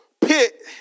pit